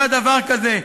לא היה דבר כזה.